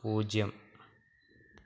പൂജ്യം